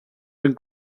ben